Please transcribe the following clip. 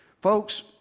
Folks